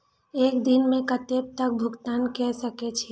एक दिन में कतेक तक भुगतान कै सके छी